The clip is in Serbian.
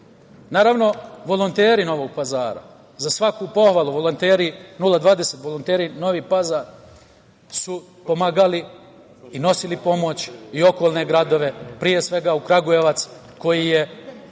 Srbiji. Volonteri Novog Pazara su za svaku pohvalu volonteri, 020 volonteri Novi Pazar su pomagali i nosili pomoć i u okolne gradove, pre svega u Kragujevac koji je